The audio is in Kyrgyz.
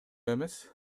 эмес